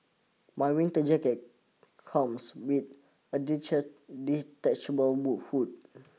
my winter jacket comes with a detach detachable hood